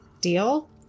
Deal